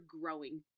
growing